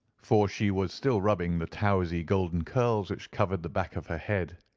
for she was still rubbing the towsy golden curls which covered the back of her head.